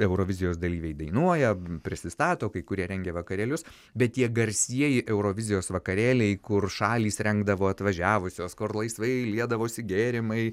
eurovizijos dalyviai dainuoja prisistato kai kurie rengia vakarėlius bet tie garsieji eurovizijos vakarėliai kur šalys rengdavo atvažiavusios kur laisvai liedavosi gėrimai